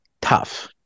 tough